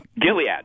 Gilead